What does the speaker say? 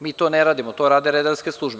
Mi to ne radimo, to rade redarske službe.